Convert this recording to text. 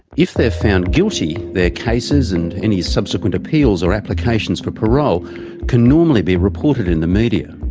if they are found guilty, their cases and any subsequent appeals or applications for parole can normally be reported in the media.